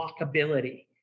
walkability